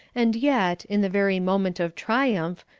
and yet, in the very moment of triumph,